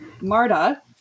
Marta